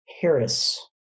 Harris